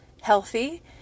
healthy